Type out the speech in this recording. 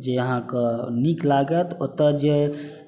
जे अहाँके नीक लागत ओतऽ